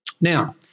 Now